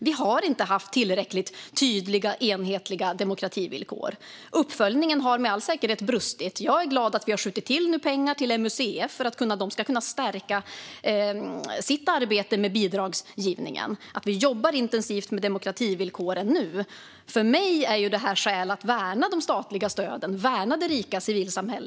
Vi har inte haft tillräckligt tydliga och enhetliga demokrativillkor. Uppföljningen har med all säkerhet brustit. Jag är glad för att vi nu har skjutit till pengar till museer, så att de ska kunna stärka sitt arbete med bidragsgivningen, och för att vi nu jobbar intensivt med demokrativillkoren. För mig är det här skäl att värna de statliga stöden och att värna det rika civilsamhället.